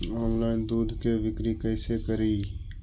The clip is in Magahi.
ऑनलाइन दुध के बिक्री कैसे करि?